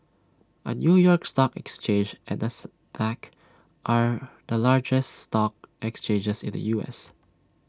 the new york stock exchange and Nasdaq are the largest stock exchanges in the U S